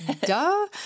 Duh